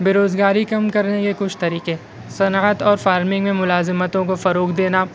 بےروزگاری کم کرنے کے کچھ طریقے صنعت اور فارمنگ میں ملازمتوں کو فروغ دینا